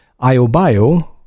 iobio